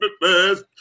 bass